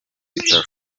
bitaro